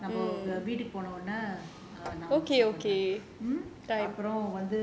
பண்றேன் கண்டிப்பா நம்ம வீட்டுக்கு போன உடனே நான் வந்து பண்றேன்:pandraen kandippaa namma veetukku pona udanae naan vanthu pandraen